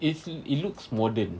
it's it looks modern